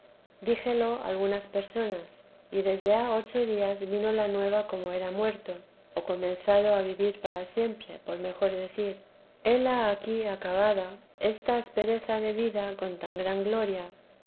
díjelo a algunas personas y desde a ocho días vino la nueva como era muerto o comenzado a vivir para siempre por mejor decir hela aquí acabada esta aspereza de vida con tan gran gloria